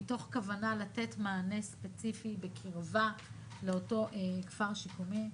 מתוך כוונה לתת מענה ספציפי בקרבה לאותו כפר שיקומי.